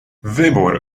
wybór